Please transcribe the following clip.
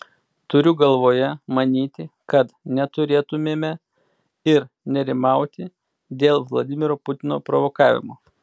turiu galvoje manyti kad neturėtumėme ir nerimauti dėl vladimiro putino provokavimo